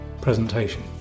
presentation